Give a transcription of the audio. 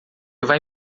vai